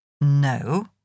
No